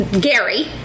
Gary